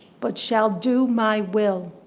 but shall do my will,